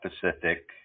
pacific